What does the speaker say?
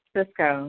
Cisco